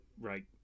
Right